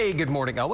ah good morning.